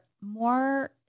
more